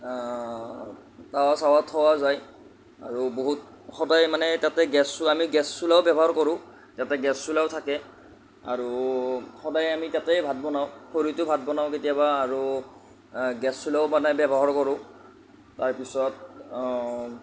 তাৱা চাৱা থোৱা যায় আৰু বহুত সদায় মানে তাতে গেছ চোৱা আমি গেছ চোলাও ব্যৱহাৰ কৰোঁ তাতে গেছ চোলাও থাকে আৰু সদায় আমি তাতেই ভাত বনাওঁ খৰিটো ভাত বনাওঁ কেতিয়াবা আৰু গেছ চোলাও মানে ব্যৱহাৰ কৰোঁ তাৰ পিছত